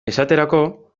esaterako